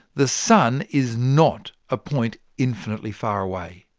the sun is not a point infinitely far away,